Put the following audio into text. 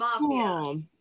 Mafia